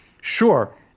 Sure